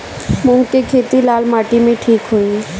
मूंग के खेती लाल माटी मे ठिक होई?